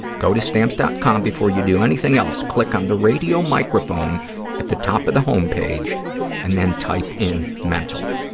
go to stamps. com before you do anything else. click on the radio microphone at the top of the homepage and then type in mental.